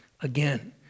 Again